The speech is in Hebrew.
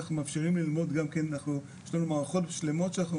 אנחנו מאפשרים להם ללמוד ויש לנו מערכות שלמות שבהן אנחנו